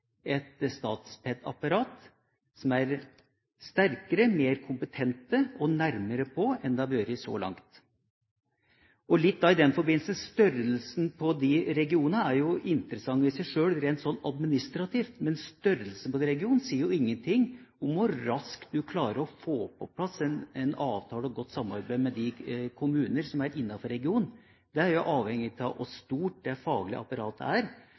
et Statped-apparat som er sterkere, mer kompetent og nærmere på enn det har vært så langt. Litt da i den forbindelse: Størrelsen på regionene er interessant i seg sjøl rent administrativt, men størrelsen på en region sier jo ingenting om hvor raskt du klarer å få på plass en avtale og godt samarbeid med de kommuner som er innenfor regionen. Det er jo avhengig av hvor stort det faglige apparatet er